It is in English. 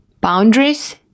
boundaries